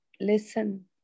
listen